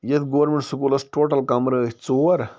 ییٚتھ گورمیٚنٛٹ سکوٗلَس ٹوٹَل کَمرٕ ٲسۍ ژور